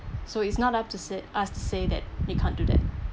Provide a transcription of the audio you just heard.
so it's not up to say us to say that he can't do that